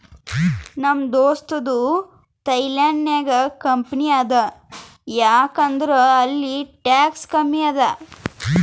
ನಮ್ ದೋಸ್ತದು ಥೈಲ್ಯಾಂಡ್ ನಾಗ್ ಕಂಪನಿ ಅದಾ ಯಾಕ್ ಅಂದುರ್ ಅಲ್ಲಿ ಟ್ಯಾಕ್ಸ್ ಕಮ್ಮಿ ಅದಾ